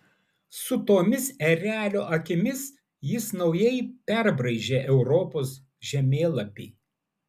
su tomis erelio akimis jis naujai perbraižė europos žemėlapį